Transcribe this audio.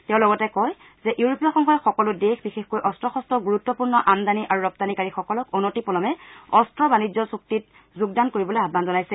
তেওঁ লগতে কয় ইউৰোপীয় সংঘই সকলো দেশ বিশেষকৈ অস্ত্ৰ শস্ত্ৰৰ গুৰুত্পূৰ্ণ আমদানি আৰু ৰপ্তানিকাৰীসকলক অনতিপলমে অস্ত্ৰ বাণিজ্য চূক্তিত যোগদান কৰিবলৈ আহান জনাইছে